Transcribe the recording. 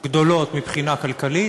גדולות מבחינה כלכלית,